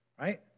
right